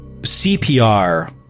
CPR